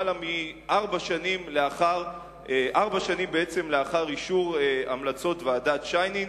יותר מארבע שנים לאחר אישור המלצות ועדת-שיינין,